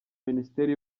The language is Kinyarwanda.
minisiteri